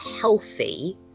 healthy